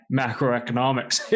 macroeconomics